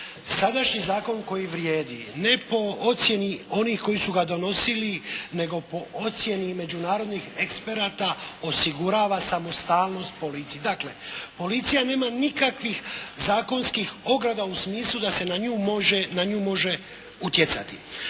sadašnji zakon koji vrijedi ne po ocjeni onih koji su ga donosili nego po ocjeni međunarodnih eksperata osigurava samostalnost policiji. Dakle, policija nema nikakvih zakonskih ograda u smislu da se na nju može utjecati.